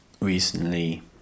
recently